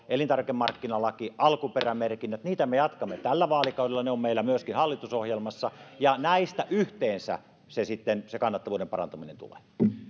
elintarvikemarkkinalaki alkuperämerkinnät ja niitä me jatkamme tällä vaalikaudella ne ovat meillä myöskin hallitusohjelmassa ja näistä yhteensä sitten se kannattavuuden parantuminen tulee